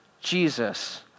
Jesus